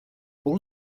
all